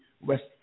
West